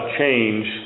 change